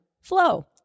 flow